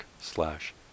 slash